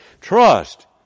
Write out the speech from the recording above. Trust